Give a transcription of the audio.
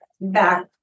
back